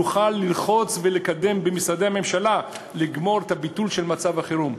נוכל ללחוץ ולקדם במשרדי הממשלה ולגמור את הביטול של מצב החירום.